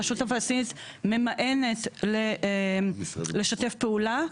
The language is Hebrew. הרשות הפלסטינית ממאנת לשתף פעולה,